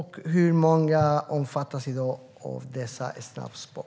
Hur många omfattas i dag av dessa snabbspår?